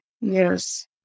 Yes